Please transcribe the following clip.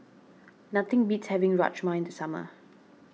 nothing beats having Rajma in the summer